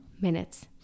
minutes